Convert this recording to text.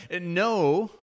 no